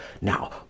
now